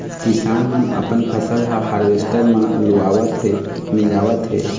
किसान मन अपन फसल ह हावरेस्टर म लुवावत हे, मिंजावत हे